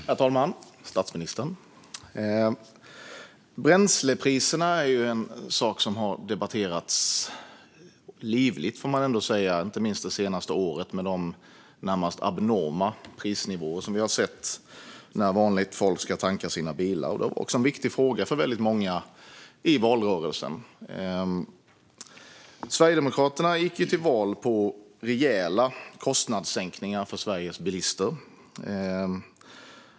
Herr talman och statsministern! Bränslepriserna är en sak som har debatterats livligt, får man ändå säga, inte minst det senaste året med de närmast abnorma prisnivåer som vi har sett när vanligt folk ska tanka sina bilar. Det var också en viktig fråga för väldigt många i valrörelsen. Sverigedemokraterna gick till val på rejäla kostnadssänkningar för Sveriges bilister.